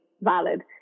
valid